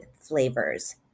flavors